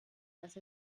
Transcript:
dass